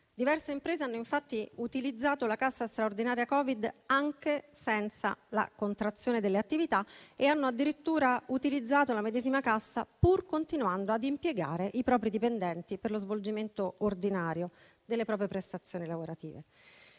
Diverse imprese hanno infatti utilizzato la cassa straordinaria Covid-19 anche senza la contrazione delle attività e hanno addirittura utilizzato la medesima cassa, pur continuando ad impiegare i propri dipendenti, per lo svolgimento ordinario delle proprie prestazioni lavorative.